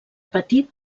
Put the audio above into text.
petit